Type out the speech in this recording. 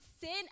sin